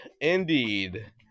indeed